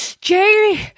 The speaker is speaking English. Jerry